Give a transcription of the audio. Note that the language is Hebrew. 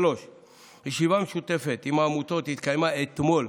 3. ישיבה משותפת עם העמותות התקיימה אתמול,